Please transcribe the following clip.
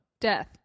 Death